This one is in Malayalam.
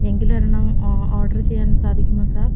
എങ്കിലും ഒരെണ്ണം ഓർഡർ ചെയ്യാൻ സാധിക്കുമോ സർ